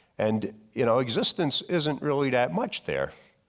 and you know, existence isn't really that much there.